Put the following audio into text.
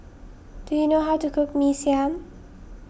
do you know how to cook Mee Siam